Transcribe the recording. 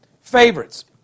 Favorites